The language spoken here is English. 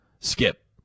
Skip